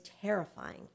terrifying